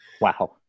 Wow